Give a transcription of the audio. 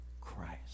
Christ